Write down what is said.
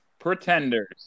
Pretenders